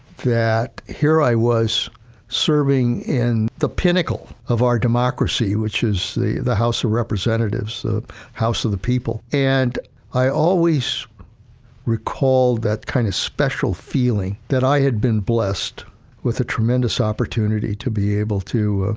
that here i was serving in the pinnacle of our democracy, which is the the house of representatives, the house of the people. and i always recall that kind of special feeling that i had been blessed with a tremendous opportunity to be able to,